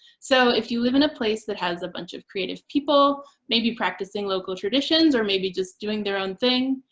so if you live in a place that has a bunch of creative people maybe practicing local traditions or maybe just doing their own thing,